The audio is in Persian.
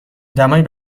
دمای